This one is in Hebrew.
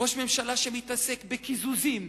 ראש ממשלה שמתעסק בקיזוזים,